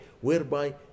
whereby